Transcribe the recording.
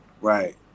right